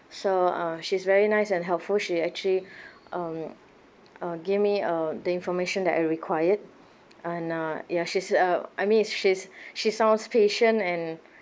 so uh she's very nice and helpful she actually um uh give me uh the information that I required and uh ya she's uh I mean is she's she sounds patient and